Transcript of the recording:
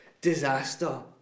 disaster